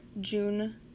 June